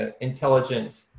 intelligent